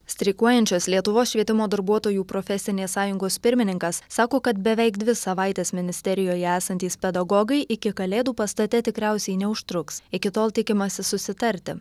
streikuojančios lietuvos švietimo darbuotojų profesinės sąjungos pirmininkas sako kad beveik dvi savaites ministerijoje esantys pedagogai iki kalėdų pastate tikriausiai neužtruks iki tol tikimasi susitarti